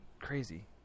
Crazy